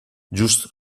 just